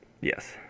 yes